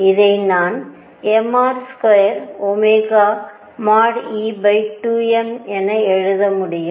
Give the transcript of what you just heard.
இதை நான் mR2e2mஎன எழுத முடியும்